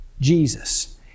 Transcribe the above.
Jesus